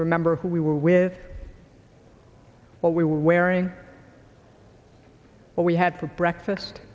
remember who we were with what we were wearing what we had for breakfast